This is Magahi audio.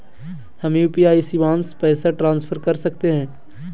हम यू.पी.आई शिवांश पैसा ट्रांसफर कर सकते हैं?